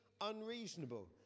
unreasonable